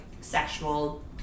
sexual